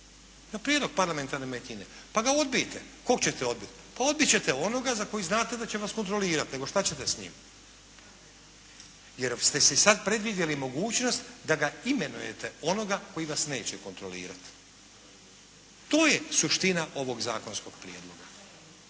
na prijedlog parlamentarne manjine, pa ga odbijte. Kog ćete odbiti? Pa odbiti ćete onoga za koji znate da će vas kontrolirati, nego šta ćete s njim? Jer ste si sad predvidjeli mogućnost da ga imenujete onoga koji vas neće kontrolirati. To je suština ovog zakonskog prijedloga.